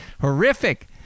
horrific